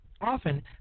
Often